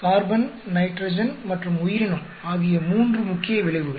carbon nitrogen மற்றும் உயிரினம் ஆகிய மூன்று முக்கிய விளைவுகள்